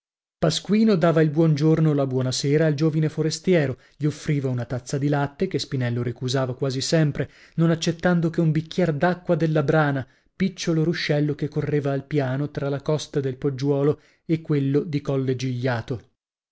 pasquino dava il buon giorno o la buona sera al giovine forestiero gli offriva una tazza di latte che spinello ricusava quasi sempre non accettando che un bicchier d'acqua della brana picciolo ruscello che correva al piano tra la costa del poggiuolo e quella di colle gigliato